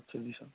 अच्छा जी सर